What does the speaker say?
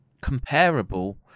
comparable